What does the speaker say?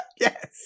Yes